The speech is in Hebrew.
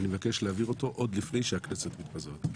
אני מבקש להעביר אותו עוד לפני שהכנסת מתפזרת.